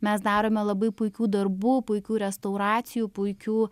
mes darome labai puikių darbų puikių restauracijų puikių